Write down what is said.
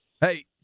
Hey